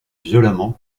violemment